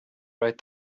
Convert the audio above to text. right